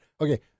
Okay